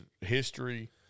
history